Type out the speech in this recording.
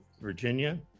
Virginia